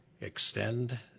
extend